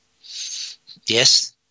Yes